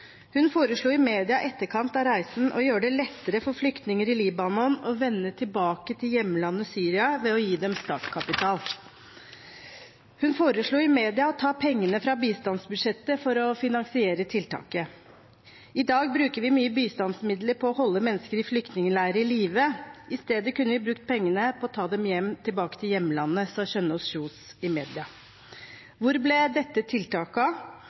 Hun foreslo i media i etterkant av reisen å gjøre det lettere for flyktninger i Libanon å vende tilbake til hjemlandet Syria ved å gi dem startkapital. Hun foreslo i media å ta penger fra bistandsbudsjettet for å finansiere tiltaket, og hun sa: «I dag bruker vi mye bistandsmidler på å holde menneskene i flyktningleire i live. I stedet kunne vi brukt mer penger på å ta dem tilbake til hjemlandet.»